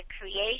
creation